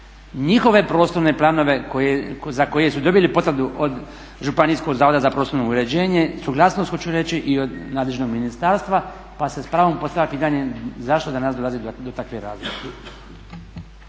njihove prostorne planove za koje su dobili potvrdu od Županijskog zavoda za prostorno uređenje, suglasnost hoću reći i od nadležnog ministarstva pa se s pravom postavlja pitanje zašto danas dolazi do takve razlike.